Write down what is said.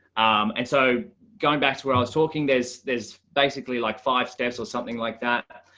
and so going back to where i was talking, there's, there's basically like five steps or something like that.